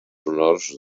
honors